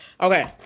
okay